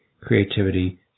creativity